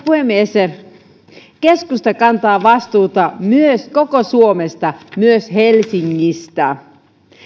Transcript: puhemies keskusta kantaa vastuuta koko suomesta myös helsingistä